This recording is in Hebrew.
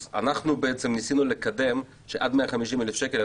אז אנחנו ניסינו לקדם שעד 150,000 שקל,